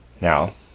Now